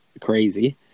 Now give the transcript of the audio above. crazy